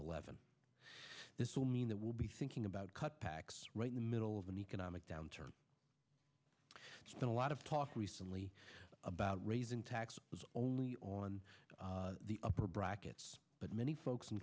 eleven this will mean that will be thinking about cutbacks right in the middle of an economic downturn and a lot of talk recently about raising taxes only on the upper brackets but many folks